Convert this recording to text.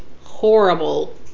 horrible